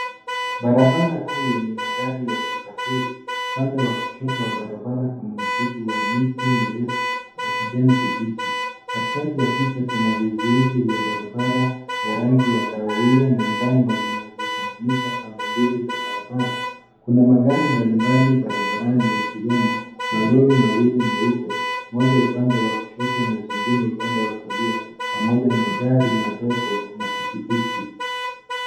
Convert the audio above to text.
Barabara kuu yenye magari yakisafiri. Upande wa kushoto wa barabara kuna msitu wa miti mirefu ya kijani kibichi. Katikati ya picha kuna vizuizi vya barabara vya rangi ya kahawia na njano vinavyotenganisha pande mbili za barabara. Kuna magari mbalimbali barabarani yakiwemo malori mawili meupe mmoja upande wa kushoto na jingine upande wa kulia pamoja na gari madogo na pikipiki.